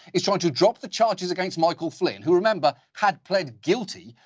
is trying to drop the charges against michael flynn, who remember, had plead guilty,